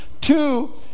Two